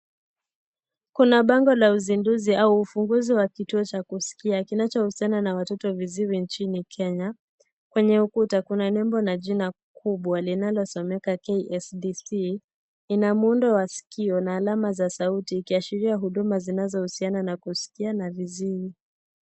Kuna bango la uzinduzi au ufunguzi wa kituo cha kusikia kinachohusiana na watoto viziwi nchini Kenya. Kwenye ukuta kuna nembo na jina kubwa linalosomeka "KSDC". Ina muundo wa sikio na alama za sauti, ikiashiria huduma zinazohusiana na kusikia na viziwi.